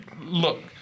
look